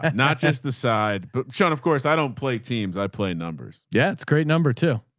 and not just the side, but sean. of course i don't play teams. i played numbers. yeah. that's great. number two.